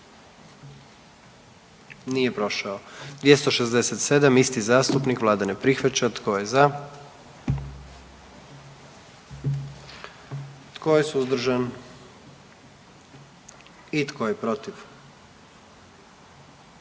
dio zakona. 44. Kluba zastupnika SDP-a, vlada ne prihvaća. Tko je za? Tko je suzdržan? Tko je protiv?